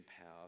power